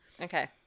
Okay